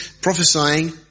prophesying